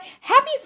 Happy